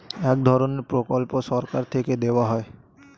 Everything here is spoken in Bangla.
এক ধরনের প্রকল্প সরকার থেকে দেওয়া হয়